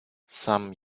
some